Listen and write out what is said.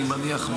אני מניח,